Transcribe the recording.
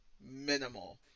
minimal